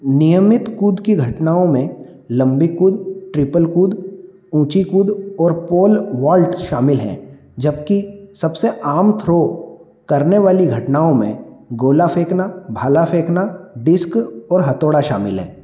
नियमित कूद की घटनाओं में लंबी कूद ट्रिपल कूद ऊँची कूद और पोल वॉल्ट शामिल हैं जबकि सबसे आम थ्रो करने वाली घटनाओं में गोला फेंकना भाला फेंकना डिस्क और हथौड़ा शामिल है